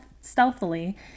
stealthily